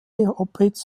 opitz